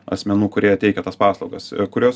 asmenų kurie teikia tas paslaugas kurios